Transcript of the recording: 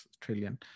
trillion